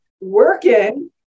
working